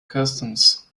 customs